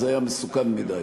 זה היה מסוכן מדי.